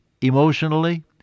emotionally